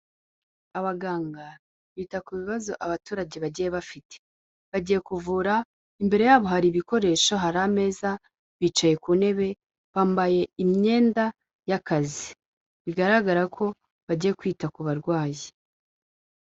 Abaganga bita ku bibazo abaturage bagiye bafite, bagiye kuvura imbere yabo hari ibikoresho hari ameza, bicaye ku ntebe, bambaye imyenda y'akazi, bigaragara ko bagiye kwita ku barwayi.